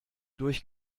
durch